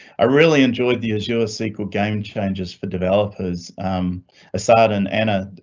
i really enjoyed the azure ah sequel game changes for developers aside and anna